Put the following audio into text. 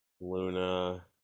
Luna